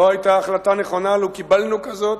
לא היתה החלטה נכונה לו קיבלנו כזאת,